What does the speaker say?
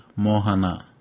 Mohana